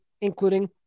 including